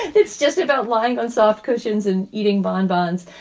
it's just about lying on soft cushions and eating bonbons.